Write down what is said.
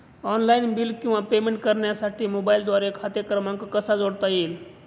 Online bill किंवा payment करण्यासाठी मोबाईलद्वारे खाते क्रमांक कसा जोडता येईल?